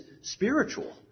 spiritual